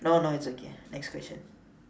no no it's okay next question